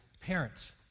parents